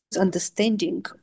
understanding